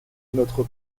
notre